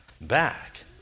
back